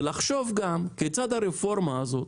ולחשוב כיצד הרפורמה הזאת